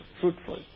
fruitful